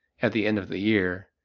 at the end of the year,